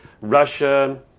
Russia